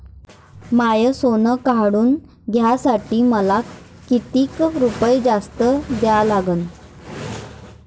माय सोनं काढून घ्यासाठी मले कितीक रुपये जास्त द्या लागन?